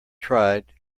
tried